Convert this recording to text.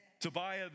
Tobiah